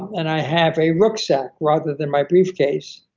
and i have a rucksack rather than my briefcase,